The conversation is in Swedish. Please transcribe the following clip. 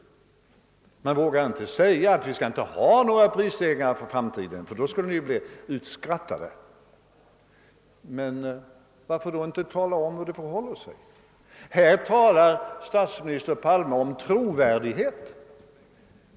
Ni vågar inte säga att det inte skall bli några prisstegringar i framtiden — då skulle ni bli utskrattade. Varför då inte tala om hur det förhåller sig med skattetrycket? Här talar statsminister Palme om trovärdighet.